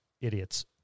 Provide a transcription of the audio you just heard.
Idiots